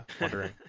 wondering